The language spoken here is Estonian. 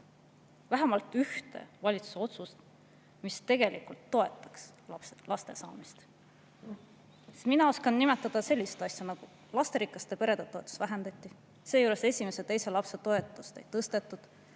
vähemalt ühe valitsuse otsuse, mis tegelikult toetab laste saamist? Mina oskan nimetada selliseid asju. Lasterikaste perede toetust vähendati, seejuures esimese ja teise lapse toetust ei tõstetud.